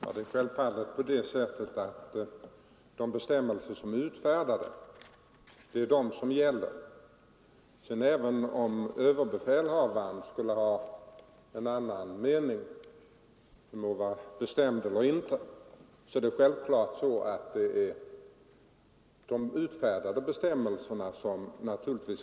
Herr talman! Självfallet skall de bestämmelser gälla som är utfärdade. Även om överbefälhavaren skulle ha en annan mening — den må vara bestämd eller inte — skall de utfärdade bestämmelserna tillämpas.